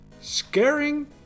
scaring